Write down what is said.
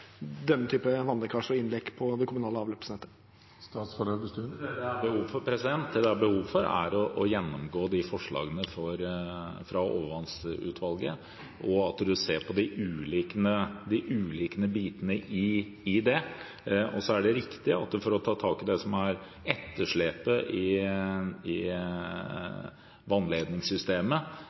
og innlekk på det kommunale avløpsnettet? Det det er behov for, er å gjennomgå forslagene fra overvannsutvalget og at vi ser på de ulike bitene i det. Så er det riktig at for å ta tak i det som er etterslepet i vannledningssystemet, er det viktig at kommunene ikke trenger å vente med å sette i